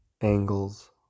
angles